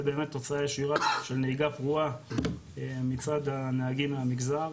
באמת תוצאה ישירה של נהיגה פרועה מצד הנהגים מהמגזר,